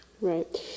Right